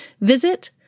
visit